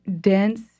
dense